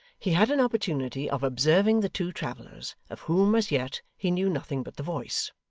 he had an opportunity of observing the two travellers, of whom, as yet, he knew nothing but the voice.